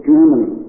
Germany